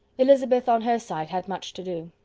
elizabeth, on her side, had much to do.